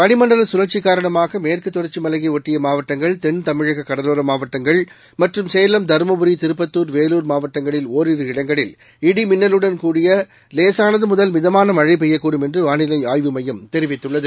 வளிமண்டலசுழற்சிகாரணமாகமேற்குதொடர்ச்சிமலையைஒட்டியமாவட்டங்கள் கென் தமிழககடலோரமாவட்டங்கள் மற்றும் சேலம் தருமபுரி திருப்பத்தார் வேலூர் மாவட்டங்களில் ஓரிரு இடங்களில் இடி மின்னலுடன் கூடிய லேசானதுமுதல் மிதமானமழபெய்யக்கூடும் என்றுவானிலைஆய்வு மையம் தெரிவித்துள்ளது